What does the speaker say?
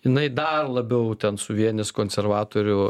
jinai dar labiau ten suvienys konservatorių